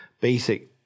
basic